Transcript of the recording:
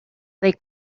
they